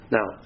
Now